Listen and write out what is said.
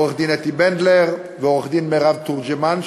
לעורכת-הדין אתי בנדלר ועורכת-הדין מירב תורג'מן,